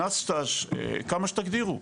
שנת סטאז' כמה שתגדירו.